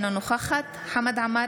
אינה נוכחת חמד עמאר,